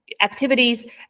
activities